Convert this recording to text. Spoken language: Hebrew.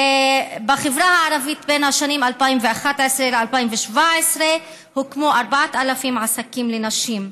בחברה הערבית הוקמו בין 2011 ל-2017 4,000 עסקים של נשים,